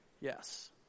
Yes